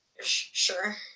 sure